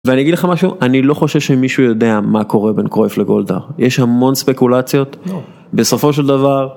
ואני אגיד לך משהו אני לא חושב שמישהו יודע מה קורה בין קרויף לגולדה יש המון ספקולציות בסופו של דבר.